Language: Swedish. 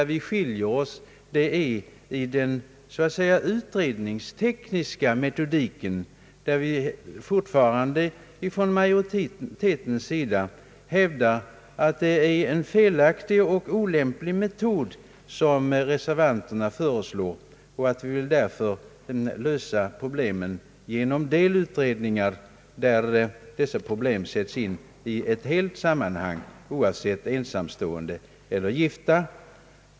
Vi skiljer oss från reservanterna endast vad beträffar den utredningstekniska metodiken, där majoriteten hävdar att det är en felaktig och olämplig metod reservanterna föreslår. Vi vill angripa problemen genom . delutredningar, där problemen sätts in i sitt större sammanhang, oavsett om det gäller ensamstående eller gifta.